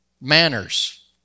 Manners